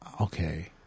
Okay